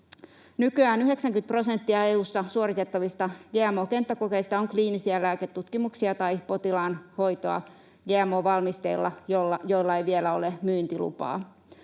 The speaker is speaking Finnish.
Nykyään 90 prosenttia EU:ssa suoritettavista gmo-kenttäkokeista on kliinisiä lääketutkimuksia tai potilaan hoitoa gmo-valmisteilla, joilla ei vielä ole myyntilupaa.